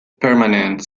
permanent